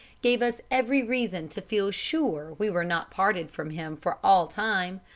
gave us every reason to feel sure we were not parted from him for all time,